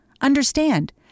understand